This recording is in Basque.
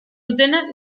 dutena